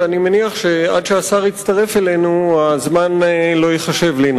אני מניח שעד שהשר יצטרף אלינו הזמן לא ייחשב לי,